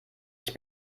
ich